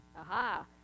Aha